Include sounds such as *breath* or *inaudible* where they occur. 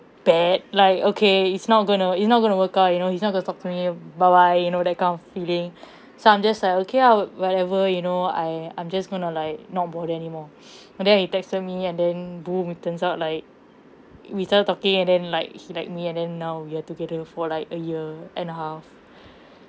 bad like okay it's not going to it's not going to work out you know he's not going to talk to me bye bye you know that kind of feeling so I'm just like okay lah wh~ whatever you know I I'm just going to like not bother anymore *breath* and then he texted me and then boom it turns out like we started talking and then like he like me and then now we're together for like a year and a half